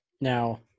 now